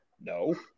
No